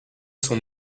son